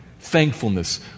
thankfulness